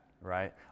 right